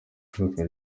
icuruzwa